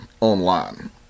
online